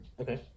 okay